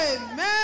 Amen